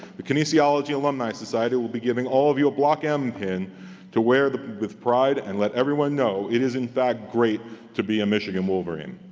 the kinesiology alumni society will be giving all of you a block m pin to wear with pride and let everyone know it is in fact great to be a michigan wolverine.